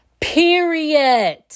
Period